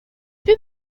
peux